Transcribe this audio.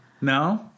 No